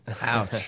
Ouch